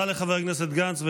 תודה לחבר הכנסת גנץ.